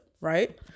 right